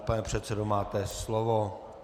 Pane předsedo, máte slovo.